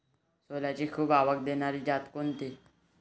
सोल्याची खूप आवक देनारी जात कोनची?